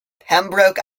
pembroke